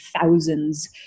thousands